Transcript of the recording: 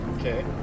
Okay